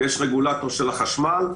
יש רגולטור של החשמל.